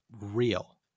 real